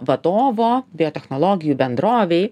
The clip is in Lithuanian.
vadovo biotechnologijų bendrovėj